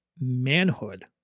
manhood